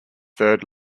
third